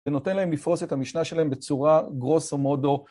ונותן להם לפרוס את המשנה שלהם בצורה grosso modo